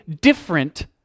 different